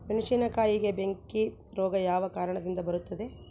ಮೆಣಸಿನಕಾಯಿಗೆ ಬೆಂಕಿ ರೋಗ ಯಾವ ಕಾರಣದಿಂದ ಬರುತ್ತದೆ?